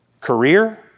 career